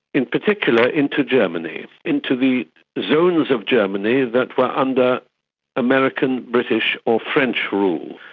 in particular into germany, into the zones of germany that were under american, british or french rule.